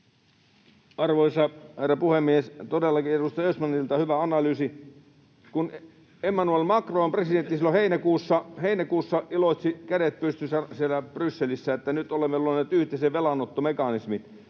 Arvoisa herra puhemies! Todellakin edustaja Östmanilta hyvä analyysi. Kun presidentti Emmanuel Macron silloin heinäkuussa iloitsi kädet pystyssä Brysselissä, että nyt olemme luoneet yhteisen velanottomekanismin,